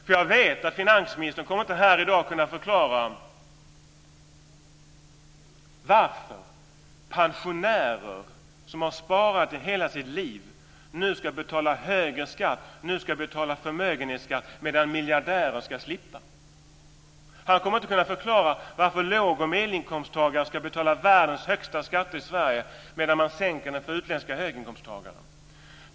Jag vet nämligen att finansministern här i dag inte kommer att kunna förklara varför pensionärer, som har sparat i hela sitt liv, nu ska betala högre skatt och förmögenhetsskatt medan miljardärer ska slippa. Han kommer inte att kunna förklara varför låg och medelinkomsttagare ska betala världens högsta skatter i Sverige medan man sänker skatten för utländska höginkomsttagare.